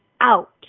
out